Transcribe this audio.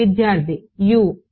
విద్యార్థి U